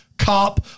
cop